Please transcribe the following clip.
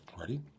Ready